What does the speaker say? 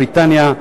בריטניה,